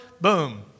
boom